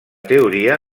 teoria